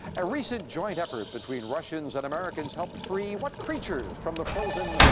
a recent joint effort between russians and americans helped free what creature? from the frozen.